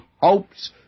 hopes